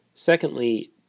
Secondly